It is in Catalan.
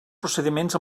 procediments